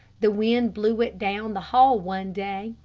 the wind blew it down the hall one day,